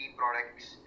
products